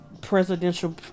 presidential